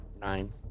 Nine